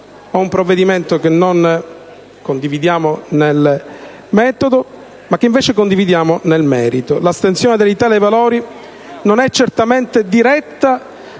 su un provvedimento che non condividiamo nel metodo, ma che condividiamo nel merito. L'astensione dell'Italia dei Valori non è certamente diretta